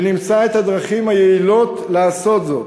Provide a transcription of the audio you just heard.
ונמצא את הדרכים היעילות לעשות זאת.